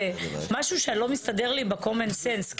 זה משהו שלא מסתדר לי ב- common sense.